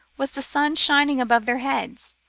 was the sun shining above their heads.